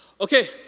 Okay